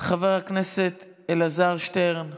חבר הכנסת אלעזר שטרן,